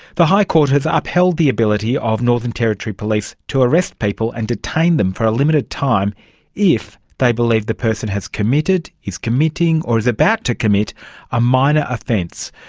the high court has upheld the ability of northern territory police to arrest people and detain them for a limited time if they believe the person has committed, is committing or is about to commit a minor offence,